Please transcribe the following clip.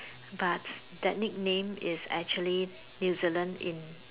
but that nickname is actually New Zealand in